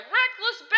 reckless